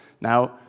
Now